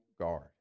guard